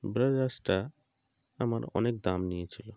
ব্লেজারটা আমার অনেক দাম নিয়েছিল